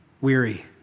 weary